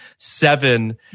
seven